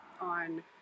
on